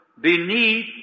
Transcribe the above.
beneath